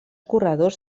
corredors